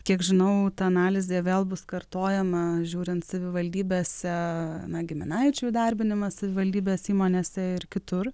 kiek žinau ta analizė vėl bus kartojama žiūrint savivaldybėse na giminaičių įdarbinimas savivaldybės įmonėse ir kitur